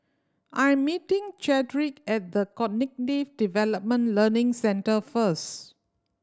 I am meeting Chadrick at The Cognitive Development Learning Centre first